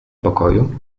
pokoju